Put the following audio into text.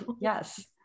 yes